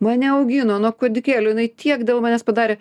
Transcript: mane augino nuo kūdikėlio jinai tiek dėl manęs padarė